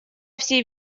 всей